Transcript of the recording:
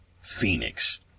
phoenix